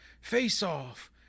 Face-off